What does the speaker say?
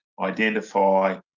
identify